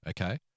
Okay